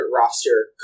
roster